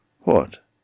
What